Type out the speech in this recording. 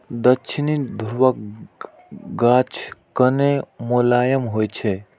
दक्षिणी ध्रुवक गाछ कने मोलायम होइ छै